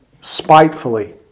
spitefully